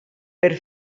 per